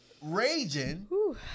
raging